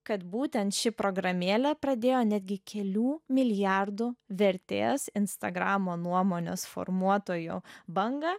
kad būtent ši programėlė pradėjo netgi kelių milijardų vertės instagramo nuomonės formuotojų bangą